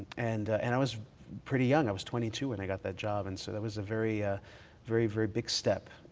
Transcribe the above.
and and i was pretty young. i was twenty two when i got that job, and so that was a ah very, very big step.